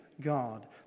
God